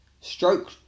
stroke